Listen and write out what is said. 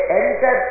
enter